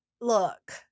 look